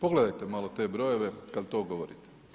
Pogledajte malo te brojeve kad to govorite.